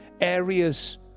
areas